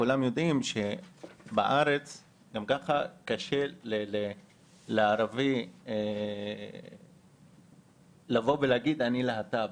כולם יודעים שבארץ גם ככה קשה לערבי לבוא ולהגיד שהוא להט"ב,